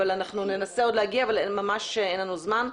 אנחנו ננסה להגיע אליך אבל ממש אין לנו זמן.